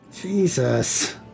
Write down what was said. Jesus